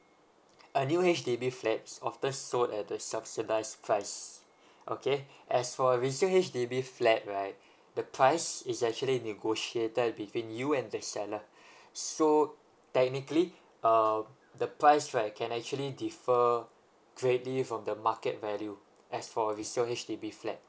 a new H_D_B flats often sold at the subsidized price okay as for a resale H_D_B flat right the price is actually negotiated between you and the seller so technically uh the price right can actually differ greatly from the market value as for resale H_D_B flat